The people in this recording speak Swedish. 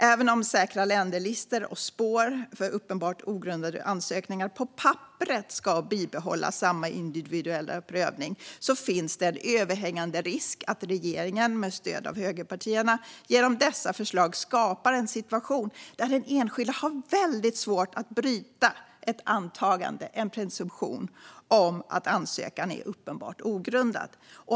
Även om man med säkra länder-listor och spår för uppenbart ogrundade ansökningar på papperet ska bibehålla samma individuella prövning finns det en överhängande risk att regeringen, med stöd av högerpartierna, genom dessa förslag skapar en situation där den enskilde har väldigt svårt att bryta ett antagande, en presumtion, att ansökan är uppenbart ogrundad.